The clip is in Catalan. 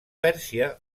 pèrsia